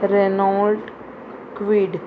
Renault Kwid